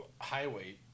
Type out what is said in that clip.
highway